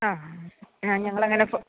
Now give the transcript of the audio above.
ആ ഞങ്ങൾ അങ്ങനെ ഫോ